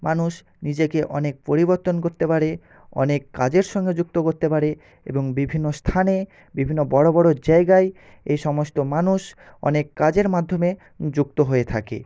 মানুষ নিজেকে অনেক পরিবর্তন করতে পারে অনেক কাজের সঙ্গে যুক্ত করতে পারে এবং বিভিন্ন স্থানে বিভিন্ন বড়ো বড়ো জায়গায় এই সমস্ত মানুষ অনেক কাজের মাধ্যমে যুক্ত হয়ে থাকে